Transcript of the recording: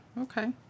Okay